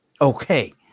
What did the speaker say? okay